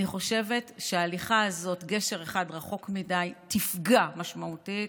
אני חושבת שההליכה הזאת גשר אחד רחוק מדי תפגע משמעותית,